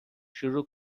شروع